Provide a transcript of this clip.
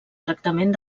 tractament